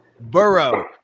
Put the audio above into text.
Burrow